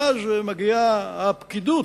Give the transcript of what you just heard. ואז מגיעה הפקידות,